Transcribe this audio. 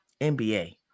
NBA